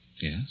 Yes